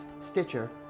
Stitcher